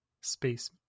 space